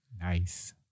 Nice